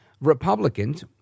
Republicans